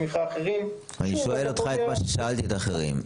אני שואל אותך את מה ששאלתי האחרים.